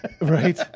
right